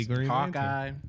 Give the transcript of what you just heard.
Hawkeye